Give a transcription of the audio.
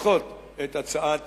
לדחות את הצעת